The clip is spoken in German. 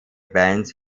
bands